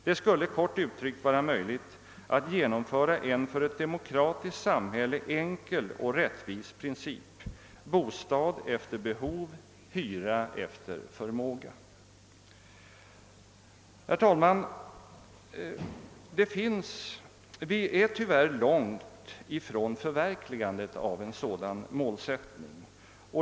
— Det skulle, kort uttryckt, vara möjligt att genomföra en för ett demokratiskt samhälle enkel och rättvis princip: bostad efter behov — hyra efter förmåga!» Herr talman! Vi är tyvärr långt ifrån förverkligandet av en sådan målsättning.